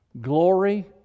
Glory